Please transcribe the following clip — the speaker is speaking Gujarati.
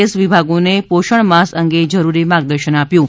એસ વિભાગોને પોષણ માસ અંગે જરૂરી માર્ગદર્શન આપ્યું હતું